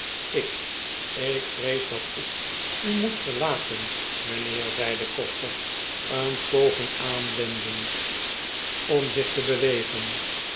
ik ik vrees dat ik u moet verlaten mijnheer zei de koster een poging aanwendend om zich te bewegen